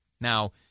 Now